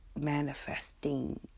manifesting